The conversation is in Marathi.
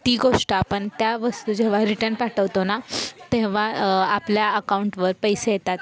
ती गोष्ट आपण त्या वस्तू जेव्हा रिटर्न पाठवतो ना तेव्हा आपल्या अकाऊंटवर पैसे येतात